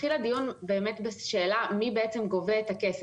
התחיל הדיון בשאלה מי גובה את הכסף.